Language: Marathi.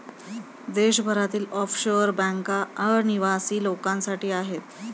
देशभरातील ऑफशोअर बँका अनिवासी लोकांसाठी आहेत